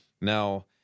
Now